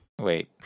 Wait